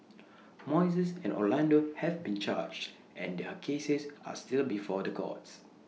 Moises and Orlando have been charged and their cases are still before the courts